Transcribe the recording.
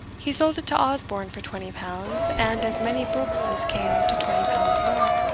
he sold it to osborne for twenty pounds, and as many books as came to twenty pounds more.